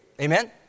Amen